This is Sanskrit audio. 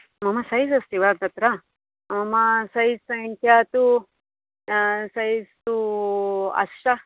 मम सैॹ् अस्ति वा तत्र मम सैॹ् संख्या तु सैॹ् तु अष्ट